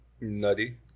Nutty